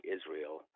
Israel